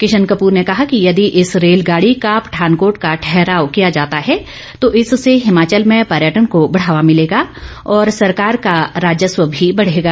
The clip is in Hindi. किशन कपूर ने कहा कि यदि इस रेलगाड़ी का पठानकोट का ठहराव किया जाता है तो इससे हिमाचल में पर्यटन को बढ़ावा मिलेगा और सरकार का राजस्व भी बढ़ेगा